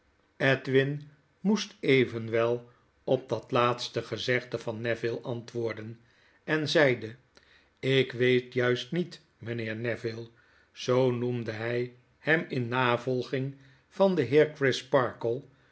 edwin moest evenwel op datlaatstegezegde van neville antwoorden en zeide lk weet juist niet mynheer neville zoo noemde hy hem in navolging van den